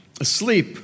asleep